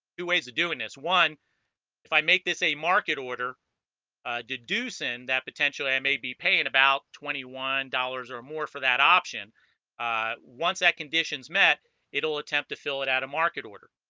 two ways of doing this one if i make this a market order deducing that potentially i may be paying about twenty one dollars or more for that option once that conditions met it'll attempt to fill it out a market order